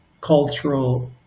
cultural